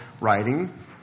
writing